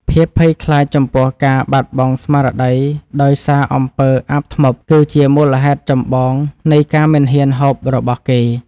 ភាពភ័យខ្លាចចំពោះការបាត់បង់ស្មារតីដោយសារអំពើអាបធ្មប់គឺជាមូលហេតុចម្បងនៃការមិនហ៊ានហូបរបស់គេ។